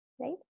right